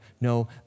No